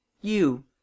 You